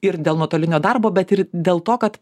ir dėl nuotolinio darbo bet ir dėl to kad